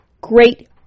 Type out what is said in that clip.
Great